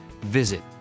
visit